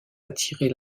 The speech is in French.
attirer